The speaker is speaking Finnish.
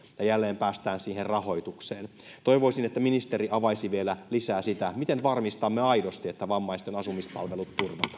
ja jälleen päästään siihen rahoitukseen toivoisin että ministeri avaisi vielä lisää sitä miten varmistamme aidosti että vammaisten asumispalvelut